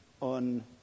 on